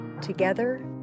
Together